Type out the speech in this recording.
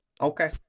Okay